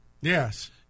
Yes